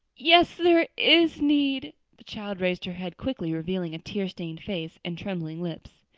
yes, there is need! the child raised her head quickly, revealing a tear-stained face and trembling lips.